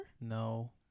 no